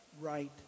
right